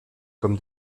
comme